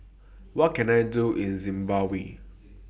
What Can I Do in Zimbabwe